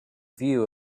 view